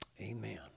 Amen